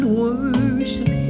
worship